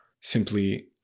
simply